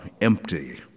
empty